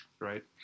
right